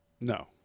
No